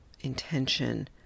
intention